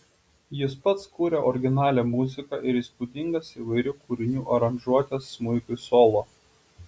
jis pats kuria originalią muziką ir įspūdingas įvairių kūrinių aranžuotes smuikui solo